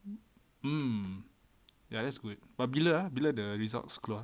mm mm ya that's good but bila ah bila the results keluar